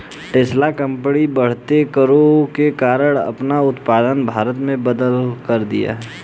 Tesla company बढ़ते करों के कारण अपना उत्पादन भारत में बंद कर दिया हैं